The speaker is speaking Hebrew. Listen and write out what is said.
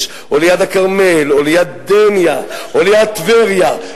או ליד הכרמל או ליד דניה או ליד טבריה,